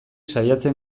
saiatzen